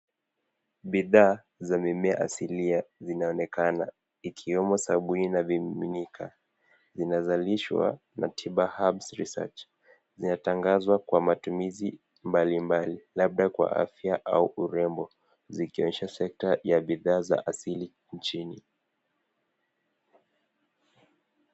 Bidhaa za mimea asilia inaonekana ikiwemo sabuni na vimiminika. Zinazalishwa na Tiba Herbs Research. Inatagazwa kwa matumizi mbalimbali labda kwa afya au urembo, zikionyesha sekta ya bidhaa za asili nchini.